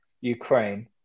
Ukraine